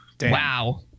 Wow